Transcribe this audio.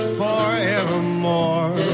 forevermore